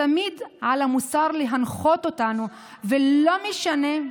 תמיד על המוסר להנחות אותנו, ולא משנה,